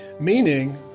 meaning